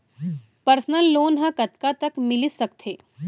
Personal loan ह कतका तक मिलिस सकथे?